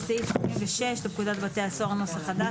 בסעיף 76 לפקודת בתי הסוהר (נוסח חדש),